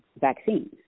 vaccines